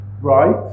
right